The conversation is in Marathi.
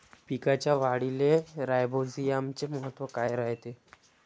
पिकाच्या वाढीले राईझोबीआमचे महत्व काय रायते?